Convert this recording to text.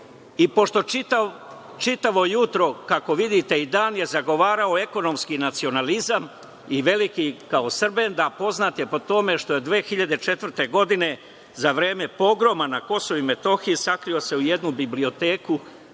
i pošto čitavo jutro, kako vidite i dan je zagovarao ekonomski nacionalizam, poznat je po tome što je 2004. godine za vreme pogroma na KiM sakrio se u jednu biblioteku